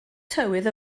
tywydd